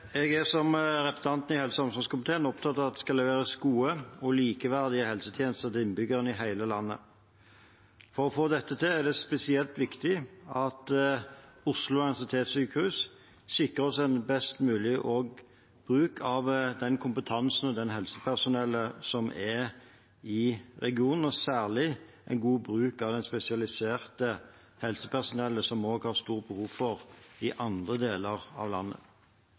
skal leveres gode og likeverdige helsetjenester til innbyggerne i hele landet. For å få dette til er det spesielt viktig at Oslo universitetssykehus sikrer oss en best mulig bruk av den kompetansen og det helsepersonellet som er i regionen, og særlig en god bruk av det spesialiserte helsepersonellet, som vi har stort behov for også i andre deler av landet.